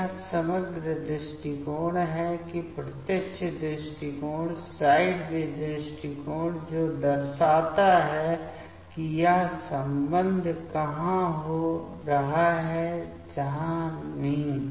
तो यह समग्र दृष्टिकोण है कि प्रत्यक्ष दृष्टिकोण साइडवे दृष्टिकोण जो दर्शाता है कि यह संबंध कहां हो रहा है जहां नहीं